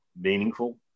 meaningful